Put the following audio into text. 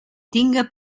tinga